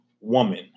woman